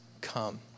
come